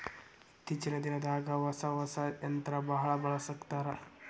ಇತ್ತೇಚಿನ ದಿನದಾಗ ಹೊಸಾ ಹೊಸಾ ಯಂತ್ರಾ ಬಾಳ ಬಳಸಾಕತ್ತಾರ